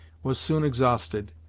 was soon exhausted,